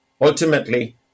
Ultimately